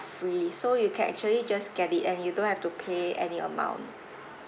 free so you can actually just get it and you don't have to pay any amount